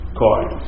card